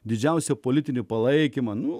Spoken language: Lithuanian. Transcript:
didžiausią politinį palaikymą nu